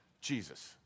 Jesus